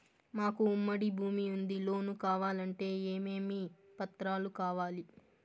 మాకు ఉమ్మడి భూమి ఉంది లోను కావాలంటే ఏమేమి పత్రాలు కావాలి?